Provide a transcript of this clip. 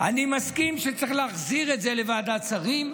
אני מסכים שצריך להחזיר את זה לוועדת השרים,